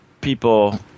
people